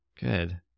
Good